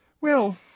Well